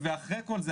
ואחרי כל זה,